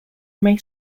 may